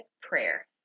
prayer